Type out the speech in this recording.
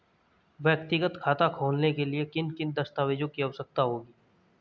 व्यक्तिगत खाता खोलने के लिए किन किन दस्तावेज़ों की आवश्यकता होगी?